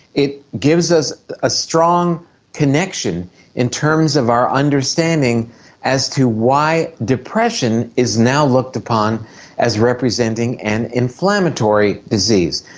it gives us a strong connection in terms of our understanding as to why depression is now looked upon as representing an inflammatory disease.